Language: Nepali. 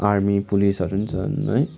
आर्मी पुलिसहरू पनि छन् है